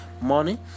money